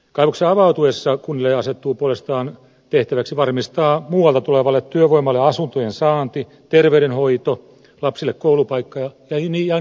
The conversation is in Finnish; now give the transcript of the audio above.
kaivoksen avautuessa kunnille asettuu puolestaan tehtäväksi varmistaa muualta tulevalle työvoimalle asuntojen saanti terveydenhoito lapsille koulupaikka ja niin edelleen